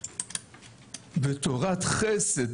בתורת חסד.